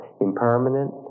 impermanent